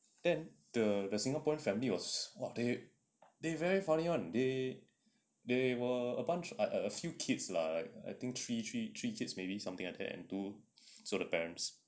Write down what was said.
then the the singapore family was !wah! they they very funny [one] they they were a bunch err a few kids lah I think three three three kids maybe something like that and two parents